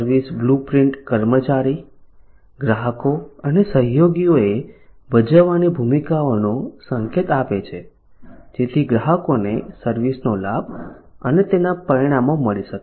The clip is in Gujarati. સર્વિસ બ્લુપ્રિન્ટ કર્મચારી ગ્રાહકો અને સહયોગીઓએ ભજવવાની ભૂમિકાઓનો સંકેત આપે છે જેથી ગ્રાહકોને સર્વિસ નો લાભ અને તેના પરિણામો મળી શકે